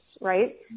right